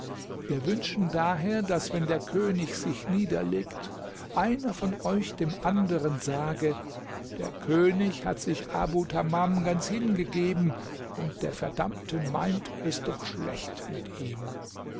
wir wünschen daher daß wenn der könig sich niederlegt einer von euch dem anderen sage der könig hat sich abu tamam ganz hingegeben und der verdammte meint es doch schlecht mit ihm